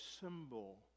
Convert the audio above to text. symbol